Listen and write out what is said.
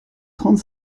trente